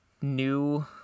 new